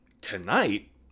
Tonight